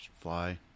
fly